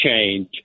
change